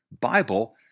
Bible